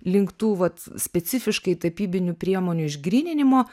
link tų vat specifiškai tapybinių priemonių išgryninimo